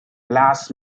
las